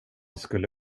skulle